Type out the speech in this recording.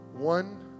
One